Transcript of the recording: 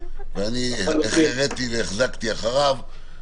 ואני החריתי והחזקתי אחריו,